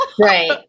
Right